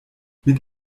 mit